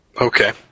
Okay